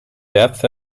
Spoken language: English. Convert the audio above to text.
depth